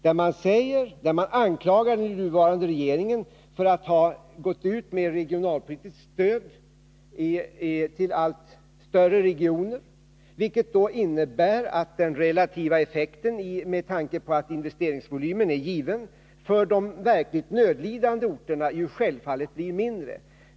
Där anklagade man den nuvarande regeringen för att ha gått ut med regionalpolitiskt stöd till allt större regioner. Det innebär att den relativa effekten, med tanke på att investeringsvolymen är given, för de verkligt nödlidande orterna självfallet blir mindre.